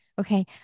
okay